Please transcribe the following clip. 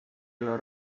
los